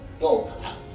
no